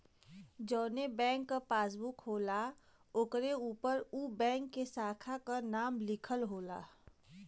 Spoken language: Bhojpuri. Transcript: जौन बैंक क पासबुक होला ओकरे उपर उ बैंक के साखा क नाम लिखल होला